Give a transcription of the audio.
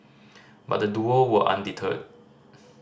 but the duo were undeterred